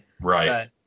Right